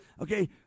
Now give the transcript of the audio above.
okay